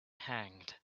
hanged